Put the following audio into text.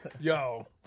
yo